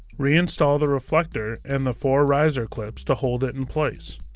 reinstall the reflector and the four riser clips to hold it in place.